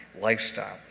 lifestyle